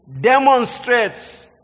demonstrates